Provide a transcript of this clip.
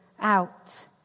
out